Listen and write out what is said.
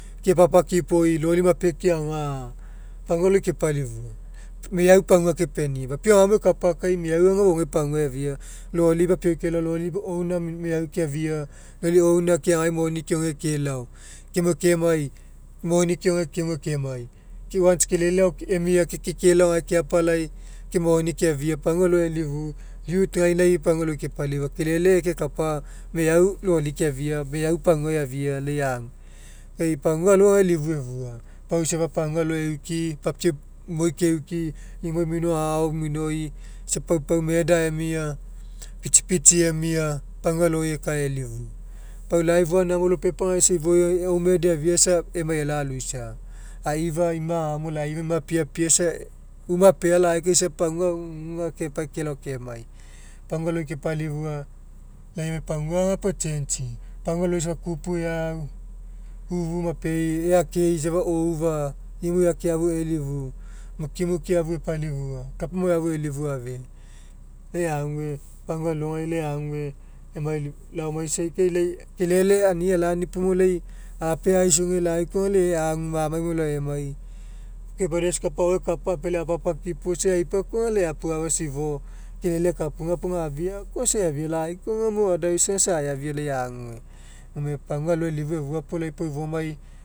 Kepapakipoi loli mape keaga pagua aloi kepalifua. Meau pagua kepenia papiau agaomo ekapa kai meau aga fofougai pagua eafia loli papiau kelao loli owner meau keafia loli owner keagai moni keoge kelao kenue kemai moni keoge kemue ke ai ke once kelele ao emja ke kekai gae keapalai moni keafia pagua alo elifu youth gainai pagua aloi kepalifua kelele kekapa meau loli keafia meau pagua eafia lai agu. Kai pagua alo aga elifu efua. Pau isafa pagua alogai euki papiau imoi keuki imoi mino agao aua minoi isa pau pau murder emia pitsi pitsi emia. Pagua aloi ekae elifu. Pau live one ag oi lopea pagai isa ifo gae homemade eafia isa emai elao loisa aifa ima agaomo lai ima apieapie isa una oea lai kai sa pagua ugugai keapai kelao kemai. Pagua aloi kepalifua lai emau pagua aga pau e'changei pagua aloi safa kupu eaau ufu maoai ea akei safa oufa imu eake afu elifu mukimuki afu epalifua kapa maoai afu elifu afeai lai ague pagua alogai lai ague emai laoamaisai kai lai kelele anii alani puo mo lai apeaiaoge lai koa aga lai e'ai agu mamai mo elao emai brothers kapa aoao ekapa apea kai apapakipoi lai apua'afu isa ifo kelele ekapuga puo gafia koa isa eafia lai koa aga otherwise isa aeafia lai ague gone pagua alo elifu efua puo lai pau ifomai